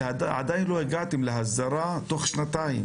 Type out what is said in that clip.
שעדיין לא הגעתם להסדרה תוך שנתיים,